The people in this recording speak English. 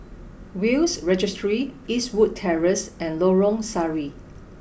Will's Registry Eastwood Terrace and Lorong Sari